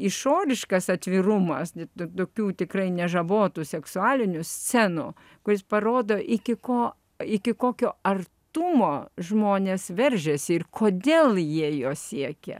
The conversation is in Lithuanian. išoriškas atvirumas tokių tikrai nežabotų seksualinių scenų kuris parodo iki ko iki kokio artumo žmonės veržiasi ir kodėl jie jo siekia